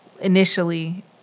initially